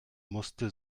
musste